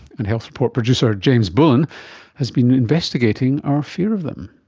and health report producer james bullen has been investigating our fear of them.